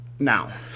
Now